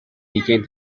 began